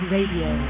Radio